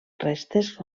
restes